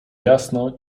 jasno